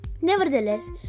Nevertheless